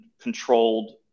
controlled